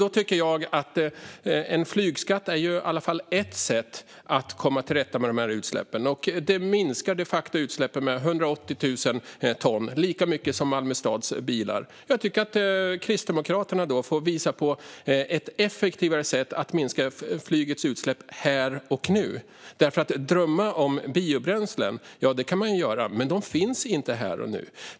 Då tycker jag att en flygskatt i alla fall är ett sätt att komma till rätta med dessa utsläpp. Den minskar de facto utsläppen med 180 000 ton - lika mycket som Malmö stads bilar. Jag tycker att Kristdemokraterna då får visa på ett effektivare sätt att minska flygets utsläpp här och nu. Drömma om biobränslen kan man göra. Men de finns inte här och nu.